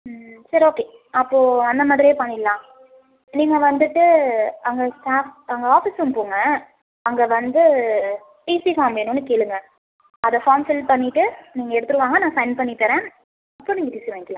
ம் சரி ஓகே அப்போது அந்த மாதிரியே பண்ணிடலாம் நீங்கள் வந்துட்டு அங்கே ஸ்டாஃப் அங்கே ஆஃபீஸ் ரூம் போங்க அங்கே வந்து டிசி ஃபார்ம் வேணும்னு கேளுங்க அந்த ஃபார்ம் ஃபில் பண்ணிட்டு நீங்கள் எடுத்துகிட்டு வாங்க நான் சைன் பண்ணி தரேன் அப்போது நீங்கள் டிசி வாங்கிக்கலாம்